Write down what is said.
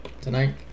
tonight